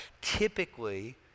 Typically